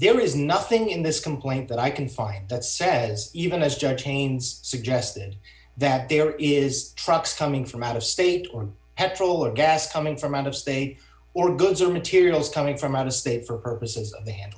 there is nothing in this complaint that i can find that says even as judge haynes suggested that there is trucks coming from out of state or petrol or gas coming from out of state or goods or materials coming from out of state for purposes